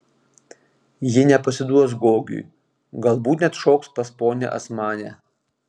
ji nepasiduos gogiui galbūt net šoks pas ponią asmanę